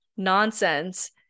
nonsense